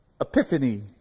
Epiphany